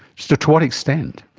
so to what extent?